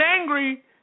angry